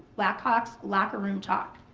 blackhawks locker room talk.